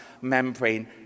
membrane